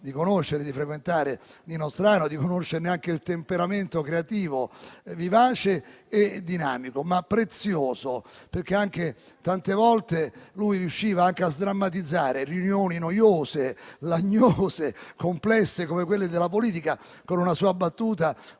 di conoscere e di frequentare Nino Strano, di conoscerne anche il temperamento creativo, vivace e dinamico, ma prezioso, perché tante volte riusciva anche a sdrammatizzare riunioni noiose, lagnose, complesse, come quelle della politica, con una sua battuta,